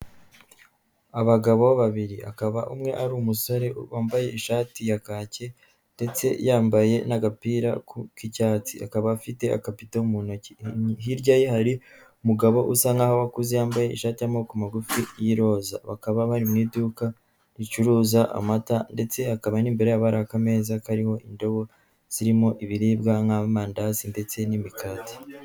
Abagabo babiri akaba umwe ari umusore wambaye ishati ya kake ndetse yambaye n'agapira k'icyatsi akaba afite akabido mu intoki, hirya ye hari umugabo usa nkaho akuze yambaye ishati y'amako magufi y'iroza bakaba bari mu iduka ricuruza amata ndetsekaba n'imbere'abaraka meza karimo indobo zirimo ibiribwa nk'amandazi ndetse n'imikati.